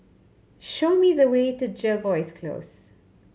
show me the way to Jervois Close